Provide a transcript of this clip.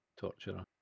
torturer